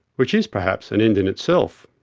which is perhaps an end in itself.